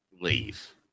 leave